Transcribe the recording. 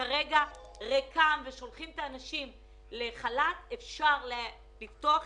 שכרגע ריקים כי שלחו את האנשים לחל"ת, אפשר לפתוח.